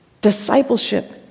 Discipleship